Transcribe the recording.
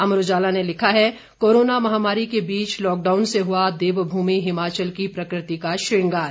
अमर उजाला ने लिखा है कोरोना महामारी के बीच लॉकडाउन से हुआ देवभूमि हिमाचल की प्रकृति का श्रृंगार